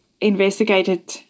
investigated